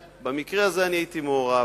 במקרה הזה אני הייתי מעורב.